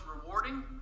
rewarding